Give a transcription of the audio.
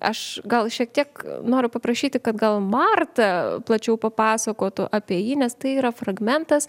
aš gal šiek tiek noriu paprašyti kad gal marta plačiau papasakotų apie jį nes tai yra fragmentas